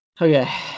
Okay